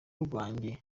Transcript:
rwanjye